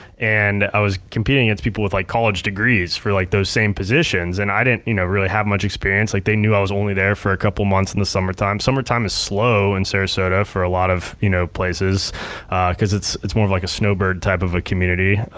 and i was competing against people with like college degrees for like those same positions, and i didn't you know really have much experience, like they knew i was only there for a couple months in the summertime. summertime is slow in sarasota for a lot of you know places cause it's it's more of like a snow bird type of community.